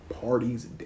parties